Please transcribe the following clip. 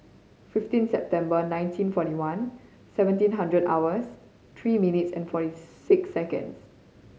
fifteen September nineteen forty one seventeen hundred hours three minutes and forty six seconds